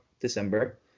December